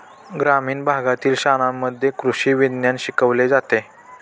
ग्रामीण भागातील शाळांमध्ये कृषी विज्ञान शिकवले जाते